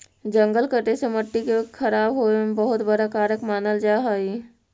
जंगल कटे से मट्टी के खराब होवे में बहुत बड़ा कारक मानल जा हइ